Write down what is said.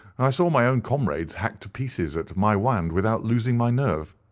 i saw my own comrades hacked to pieces at maiwand without losing my nerve.